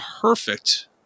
perfect